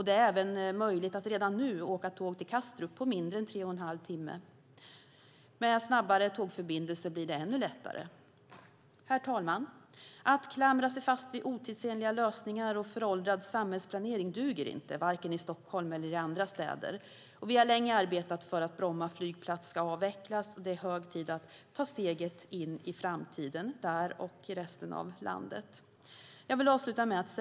Det är även möjligt att redan nu åka tåg till Kastrup på mindre än tre och en halv timme. Med snabbare tågförbindelser blir det ännu lättare. Herr talman! Att klamra sig fast vid otidsenliga lösningar och föråldrad samhällsplanering duger inte, varken i Stockholm eller i andra städer. Vi har länge arbetat för att Bromma flygplats ska avvecklas. Det är hög tid att ta steget in i framtiden där och i resten av landet.